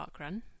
parkrun